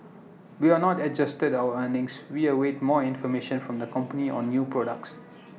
we are not adjusted our earnings we await more information from the company on new products